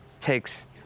takes